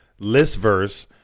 Listverse